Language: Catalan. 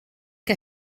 que